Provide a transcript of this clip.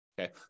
Okay